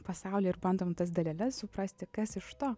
pasaulį ir bandom tas daleles suprasti kas iš to